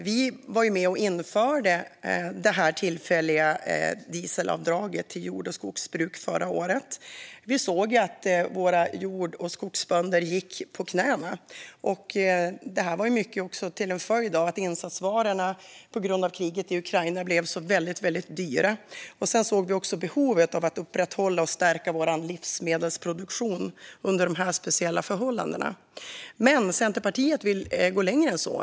Vi var ju med och införde det tillfälliga dieselavdraget för jord och skogsbruk förra året. Vi såg att våra jord och skogsbrukare gick på knäna. Det var också mycket en följd av att insatsvarorna på grund av kriget i Ukraina blev så väldigt dyra. Vi såg också behovet av att upprätthålla och stärka vår livsmedelsproduktion under de här speciella förhållandena. Men Centerpartiet vill gå längre.